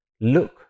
look